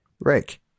Rick